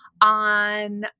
on